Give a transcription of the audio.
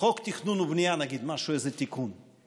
חוק תכנון ובנייה, נגיד, איזה תיקון,